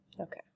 Okay